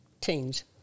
teams